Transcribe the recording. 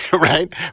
right